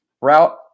route